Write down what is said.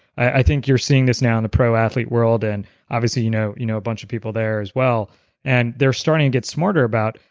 i think you're seeing this now in the pro athlete world and obviously you know you know a bunch of people there as well and they're starting to get smarter about,